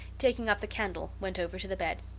taking up the candle, went over to the bed.